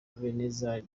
ebenezer